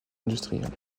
industrielles